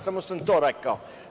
Samo sam to rekao.